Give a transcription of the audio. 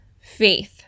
faith